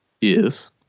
Yes